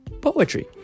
poetry